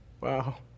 wow